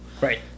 Right